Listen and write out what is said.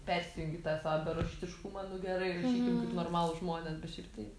persijungi tą savo beraštiškumą nu gerai rašykim kaip normalūs žmonės bet šiaip tai